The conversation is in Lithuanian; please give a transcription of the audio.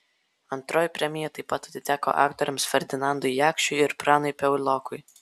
antroji premija taip pat atiteko aktoriams ferdinandui jakšiui ir pranui piaulokui